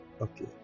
okay